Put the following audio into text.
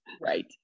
Right